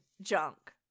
junk